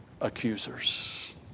accusers